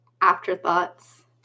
Afterthoughts